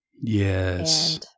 yes